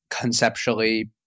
conceptually